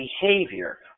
behavior